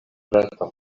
reto